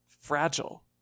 fragile